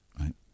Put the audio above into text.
right